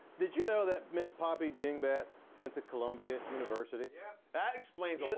did you know that miss poppy dingbat went to columbia university? yeah that explains a